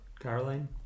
Caroline